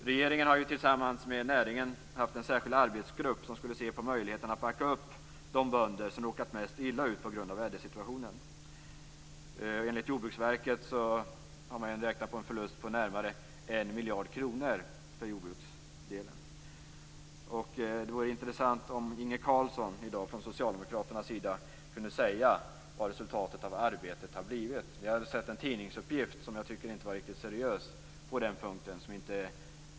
Regeringen har ju tillsammans med näringen haft en särskild arbetsgrupp som skulle se på möjligheten att backa upp de bönder som råkat mest illa ut på grund av vädersituationen. Enligt Jordbruksverket har man räknat på en förlust på närmare en miljard kronor för jordbruksdelen. Det vore intressant om Inge Carlsson från Socialdemokraternas sida kunde säga vad resultatet av arbetet har blivit. Jag har sett en tidningsuppgift, som jag inte tycker var riktigt seriös på den punkten.